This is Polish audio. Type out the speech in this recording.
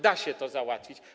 Da się to załatwić.